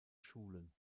schulen